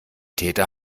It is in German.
täter